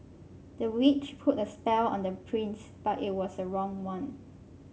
the witch put a spell on the prince but it was the wrong one